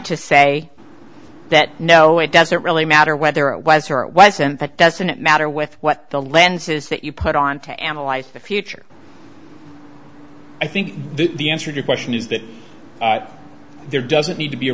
to say that no it doesn't really matter whether it was her or wasn't that doesn't matter with what the lenses that you put on to analyze the future i think that the answer to question is that there doesn't need to be a